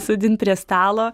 sodint prie stalo